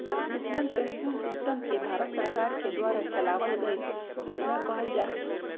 national pension system के भारत सरकार के द्वारा चलावल गइल योजना कहल जा हई